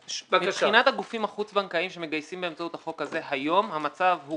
מבחינת הגופים החוץ-בנקאיים שמגייסים באמצעות החוק הזה היום - המצב הוא